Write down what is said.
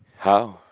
how?